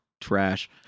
trash